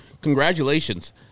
congratulations